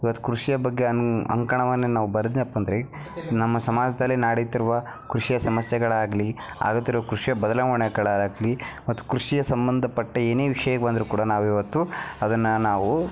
ಇವತ್ತು ಕೃಷಿಯ ಬಗ್ಗೆ ಅನ್ ಅಂಕಣವನ್ನು ನಾವು ಬರೆದ್ನಪ್ಪ ಅಂದರೆ ನಮ್ಮ ಸಮಾಜದಲ್ಲಿ ನಡಿತಿರುವ ಕೃಷಿಯ ಸಮಸ್ಯೆಗಳಾಗಲಿ ಆಗುತ್ತಿರೋ ಕೃಷಿಯ ಬದಲಾವಣೆಗಳಾಗ್ಲಿ ಮತ್ತು ಕೃಷಿಯ ಸಂಬಂಧಪಟ್ಟ ಏನೇ ವಿಷಯಕ್ಕೆ ಬಂದರೂ ಕೂಡ ನಾವು ಇವತ್ತು ಅದನ್ನು ನಾವು